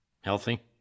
healthy